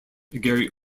gary